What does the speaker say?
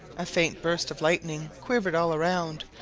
a faint burst of lightning quivered all round,